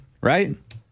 Right